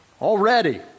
already